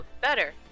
better